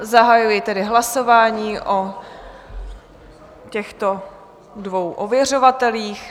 Zahajuji tedy hlasování o těchto dvou ověřovatelích.